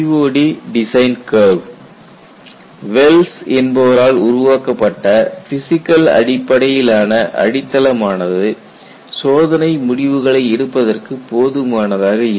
COD design curve Wells Well's என்பவரால் உருவாக்கப்பட்ட physical அடிப்படையிலான அடித்தளமானது சோதனை முடிவுகளை எடுப்பதற்கு போதுமானதாக இல்லை